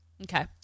okay